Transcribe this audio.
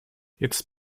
jetzt